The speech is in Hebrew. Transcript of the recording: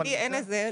לי אין את זה,